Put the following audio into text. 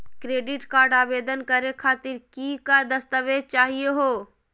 Credit card आवेदन करे खातीर कि क दस्तावेज चाहीयो हो?